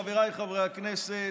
חבריי חברי הכנסת,